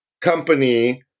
company